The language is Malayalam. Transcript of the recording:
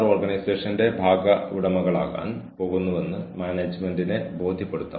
ഒരു നിശ്ചിത കാലയളവിൽ വ്യക്തിയുടെ പെരുമാറ്റം നിരീക്ഷിക്കപ്പെടുന്നു